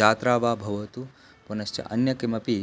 जात्रा वा भवतु पुनश्च अन्य किमपि